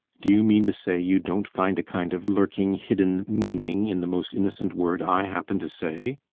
do you mean to say you don't find a kind of lurking, hidden meaning in the most innocent word i happen to say?